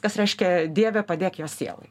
kas reiškia dieve padėk jo sielai